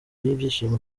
y’ibyishimo